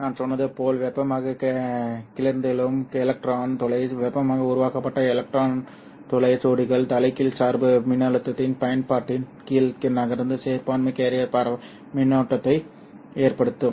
நான் சொன்னது போல் வெப்பமாக கிளர்ந்தெழும் எலக்ட்ரான் துளை வெப்பமாக உருவாக்கப்பட்ட எலக்ட்ரான் துளை ஜோடிகள் தலைகீழ் சார்பு மின்னழுத்தத்தின் பயன்பாட்டின் கீழ் நகர்ந்து சிறுபான்மை கேரியர் பரவல் மின்னோட்டத்தை ஏற்படுத்தும்